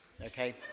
Okay